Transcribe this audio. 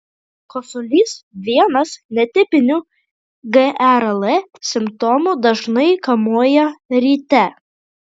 kosulys vienas netipinių gerl simptomų dažnai kamuoja ryte